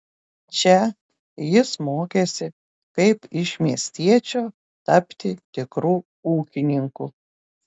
čia jis mokėsi kaip iš miestiečio tapti tikru ūkininku